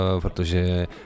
protože